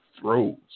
throws